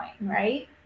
right